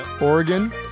Oregon